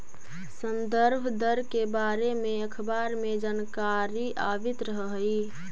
संदर्भ दर के बारे में अखबार में जानकारी आवित रह हइ